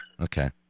Okay